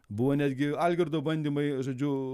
buvo netgi algirdo bandymai žodžiu